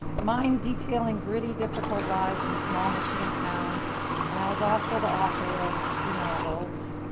mine detailing gritty difficult lives in small michigan towns and i was also the author of two novels.